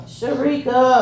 Sharika